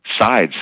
sides